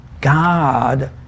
God